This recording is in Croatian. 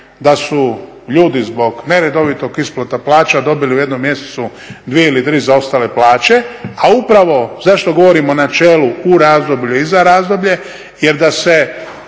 da su ljudi zbog neredovitog isplata plaća dobili u jednom mjesecu dvije ili tri zaostale plaće. A upravo zašto govorim o načelu u razdoblju i za razdoblje, jer da se,